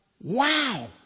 wow